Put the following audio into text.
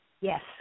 Yes